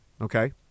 okay